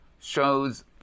shows